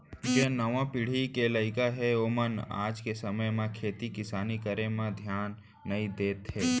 जेन नावा पीढ़ी के लइका हें ओमन आज के समे म खेती किसानी करे म धियान नइ देत हें